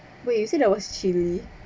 wait you said there was chilli